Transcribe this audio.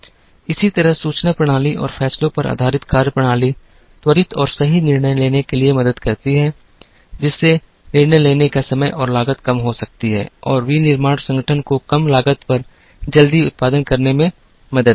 इसी तरह सूचना प्रणाली और फैसलों पर आधारित कार्यप्रणाली त्वरित और सही निर्णय लेने में मदद करती है जिससे निर्णय लेने का समय और लागत कम हो सकती है और विनिर्माण संगठन को कम लागत पर जल्दी उत्पादन करने में मदद मिलती है